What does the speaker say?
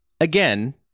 again